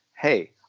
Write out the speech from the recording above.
hey